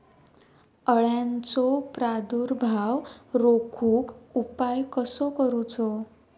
अळ्यांचो प्रादुर्भाव रोखुक उपाय कसो करूचो?